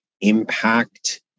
impact